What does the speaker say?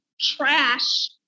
trash